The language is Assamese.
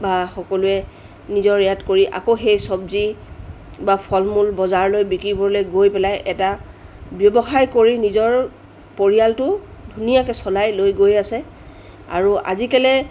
বা সকলোৱে নিজৰ ইয়াত কৰি আকৌ সেই চব্জি বা ফল মূল বজাৰলৈ বিকিবলৈ গৈ পেলাই এটা ব্যৱসায় কৰি নিজৰ পৰিয়ালটো ধুনীয়াকৈ চলাই লৈ গৈ আছে আৰু আজিকালি